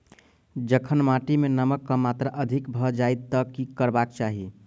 जखन माटि मे नमक कऽ मात्रा अधिक भऽ जाय तऽ की करबाक चाहि?